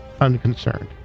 unconcerned